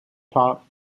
top